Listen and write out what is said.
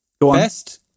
Best